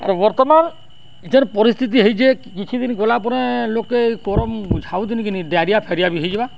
ଆର୍ ବର୍ତ୍ତମାନ୍ ଏଇ ଯେନ୍ ପରିସ୍ଥିତି ହେଇଛେ କିଛି ଦିନ୍ ଗଲା ପରେ ଲୋକ୍କେ ଇ ଗରମ୍ ଝାଉଁତିକିିନି ଡାଇରିଆ ଫାଇରିଆ ବି ହେଇଯିବା